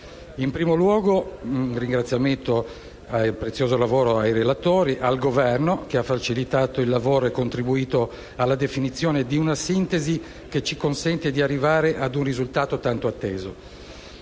In primo luogo, il mio ringraziamento per il prezioso lavoro svolto va ai relatori, al Governo che ha facilitato il lavoro e contribuito alla definizione di una sintesi che ci consente di arrivare ad un risultato tanto atteso;